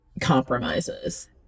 compromises